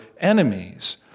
enemies